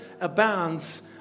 abounds